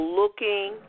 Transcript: looking